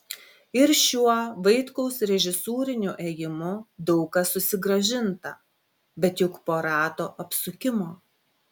ir šiuo vaitkaus režisūriniu ėjimu daug kas susigrąžinta bet juk po rato apsukimo